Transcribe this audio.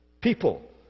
people